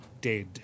dead